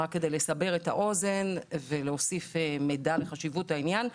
רק כדי לסבר את האוזן ולהוסיף מידע על חשיבות העניין: